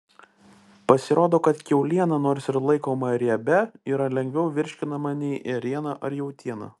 pasirodo kad kiauliena nors ir laikoma riebia yra lengviau virškinama nei ėriena ar jautiena